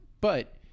But-